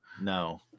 No